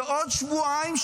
כשעוד שבועיים,